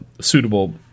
suitable